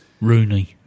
Rooney